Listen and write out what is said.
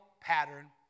pattern